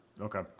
okay